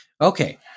Okay